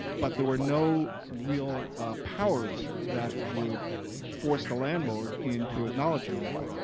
but there were no real powers that would force the landlord into acknowledging that.